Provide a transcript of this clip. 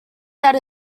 that